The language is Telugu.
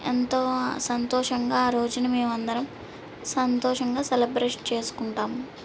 ఎంతో సంతోషంగా ఆ రోజున మేమందరం సంతోషంగా సెలబ్రేట్ చేసుకుంటాం